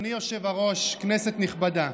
אדוני היושב-ראש, כנסת נכבדה,